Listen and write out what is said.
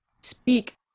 speak